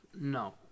No